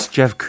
Jeff